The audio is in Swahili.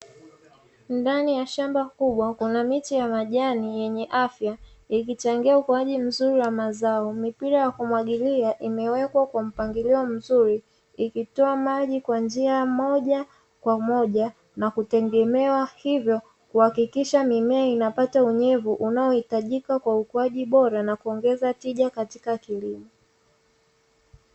Ndani ya shamba kubwa kuna miti ya majani yenye afya ikichangia ukuaji mzuri wa mazao, mipira ya kumwagilia imewekwa kwa mpangilio mzuri, ikitoa maji kwa njia moja kwa moja na kutengemewa hivyo kuhakikisha mimea inapata unyevu unaohitajika kwa ukuaji bora na kuongeza tija katika kilimo.